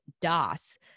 DOS